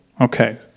Okay